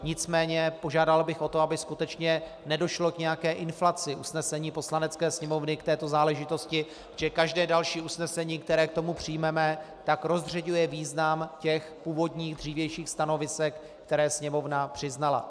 Nicméně požádal bych o to, aby skutečně nedošlo k nějaké inflaci usnesení Poslanecké sněmovny k této záležitosti, protože každé další usnesení, které k tomu přijmeme, rozřeďuje význam těch původních dřívějších stanovisek, která Sněmovna přijala.